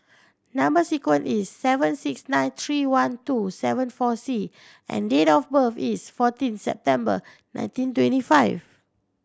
number sequence is seven six nine three one two seven four C and date of birth is fourteen September nineteen twenty five